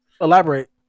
elaborate